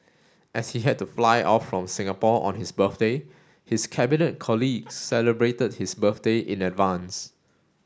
as he had to fly off from Singapore on his birthday his Cabinet colleagues celebrated his birthday in advance